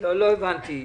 לא הבנתי.